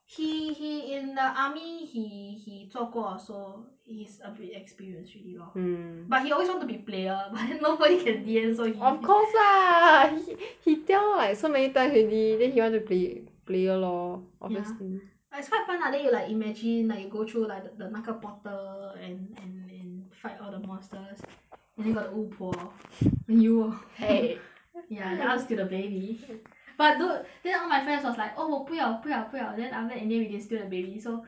he he in the army he he 做过 so he's a bit experienced already lor mm but he always want to be player but then nobody can deal with of course lah he he tell like so many times already then he want to pla~ player lor ya obviously but it's quite fun ah then you like imagine like you go through lik~ the 那个 portal and and and fight all the monsters and then got the 巫婆 you lor !hey! ya the outs to the baby but dude then all my friends was like oh 我不要不要不要 then after that in the end we didn't steal the baby so